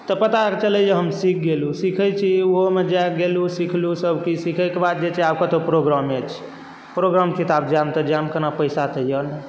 तऽ पता चलैया हम सिख गेलहुँ सिखै छी ओहोमे गेलहुँ सिखलहुँ सभ किछु सिखयके बाद छै आब कतहुँ प्रोग्रामे छी प्रोग्राम मे आब जायब तऽ जायब केना पैसा तऽ अछि नहि